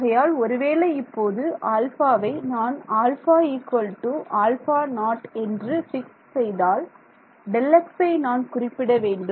ஆகையால் ஒருவேளை இப்போது ஆல்பாவை நான் α α0 என்று பிக்ஸ் செய்தால் Δxஐ நான் குறிப்பிட வேண்டும்